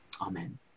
Amen